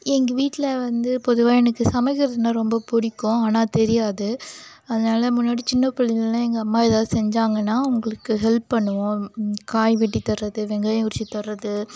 எங்கள் வீட்டில் வந்து பொதுவாக எனக்குச் சமைக்கிறதுனா ரொம்ப பிடிக்கும் ஆனால் தெரியாது அதனால முன்னாடி சின்ன பிள்ளைலலாம் எங்கள் அம்மா எதாவது செஞ்சாங்கன்னால் அவங்களுக்கு ஹெல்ப் பண்ணுவேன் காய் வெட்டி தரது வெங்காயம் உரித்து தரது